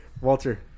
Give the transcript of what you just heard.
walter